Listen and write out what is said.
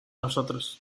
nosotros